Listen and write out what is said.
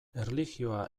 erlijioa